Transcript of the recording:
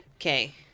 Okay